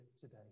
today